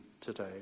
today